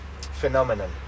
phenomenon